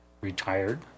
retired